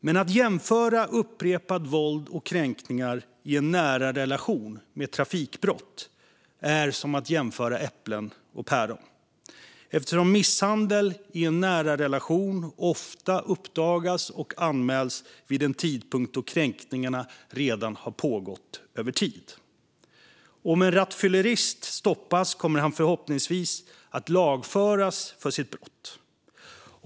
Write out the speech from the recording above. Men att jämföra upprepat våld och kränkningar i en nära relation med trafikbrott är som att jämföra äpplen och päron eftersom misshandel i en nära relation ofta uppdagas och anmäls vid en tidpunkt då kränkningarna redan pågått över tid. Om en rattfyllerist stoppas kommer han förhoppningsvis att lagföras för sitt brott.